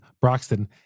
Broxton